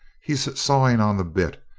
he's sawing on the bit!